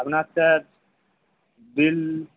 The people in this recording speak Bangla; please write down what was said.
আপনার স্যার বিন